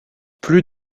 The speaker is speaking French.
plus